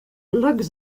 lock